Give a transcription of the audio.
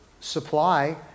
supply